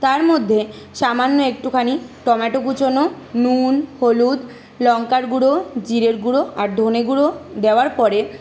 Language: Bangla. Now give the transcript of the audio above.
তার মধ্যে সামান্য একটুখানি টম্যাটো কুঁচোনো নুন হলুদ লঙ্কার গুঁড়ো জিরের গুঁড়ো আর ধনে গুঁড়ো দেওয়ার পরে